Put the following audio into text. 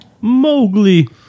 Mowgli